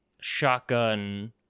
shotgun